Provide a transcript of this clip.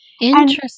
interesting